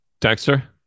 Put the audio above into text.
Dexter